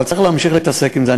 אבל צריך להמשיך להתעסק עם זה.